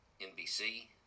NBC